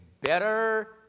better